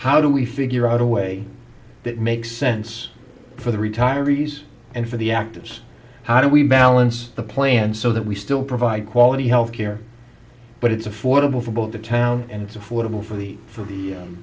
how do we figure out a way that makes sense for the retirees and for the actors how do we balance the plan so that we still provide quality health care but it's affordable for both the town and it's affordable for the for the